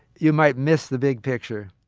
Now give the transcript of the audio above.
you might miss the big picture